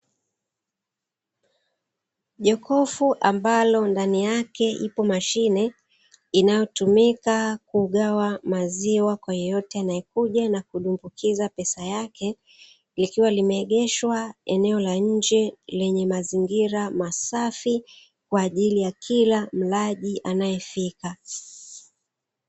Jokofu ambalo ndani yake ipo mashine, inayotumika kugawa maziwa kwa yeyote anayekuja na kudumbukiza pesa yake, likiwa limeegeshwa eneo la nje yenye mazingira masafi kwa ajili ya kila mlaji anayefika.